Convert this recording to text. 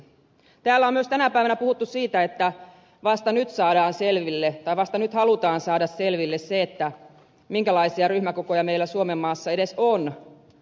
täällä on myös tänä päivänä puhuttu siitä että vasta nyt saadaan selville että vasta nyt halutaan saada selville se minkälaisia ryhmäkokoja meillä suomenmaassa edes on